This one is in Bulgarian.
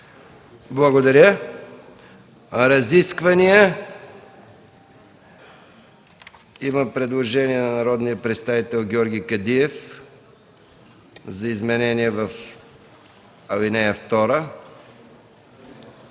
Благодаря. Разисквания. Има предложение от народния представител Георги Кадиев за изменение в ал. 2.